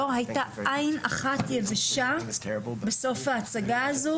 לא הייתה עין אחת יבשה בסוף ההצגה הזו,